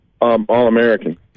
All-American